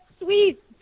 sweet